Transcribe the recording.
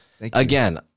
Again